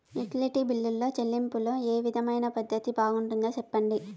Utility బిల్లులో చెల్లింపులో ఏ విధమైన పద్దతి బాగుంటుందో సెప్పండి?